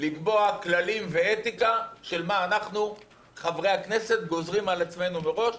לקבוע כללים ואתיקה של מה אנחנו חברי הכנסת גוזרים על עצמנו מראש,